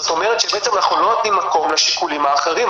זאת אומרת שבעצם אנחנו לא נותנים מקום לשיקולים האחרים,